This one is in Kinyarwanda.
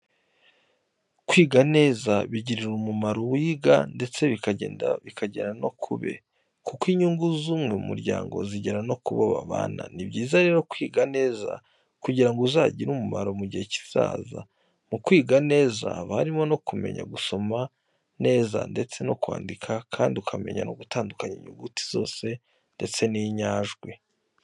Kwiga neza bigirira umumaro uwiga ndetse bikagenda bikagera no kube, kuko inyungu z'umwe mu muryango zigera no kubo babana. Ni byiza rero kwiga neza kugira ngo uzagire umumaro mu gihe kizaza. Mu kwiga neza haba harimo no kumenya gusoma neza ndetse no kwandika kandi ukamenya gutandukanya inyuguti zose ndetse n'inyajwi.